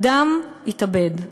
אדם התאבד,